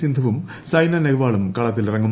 സിന്ധുവും സൈന നെഹ്വാളും കളത്തിലിറങ്ങും